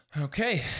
okay